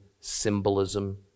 symbolism